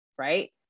right